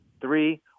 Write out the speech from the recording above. Three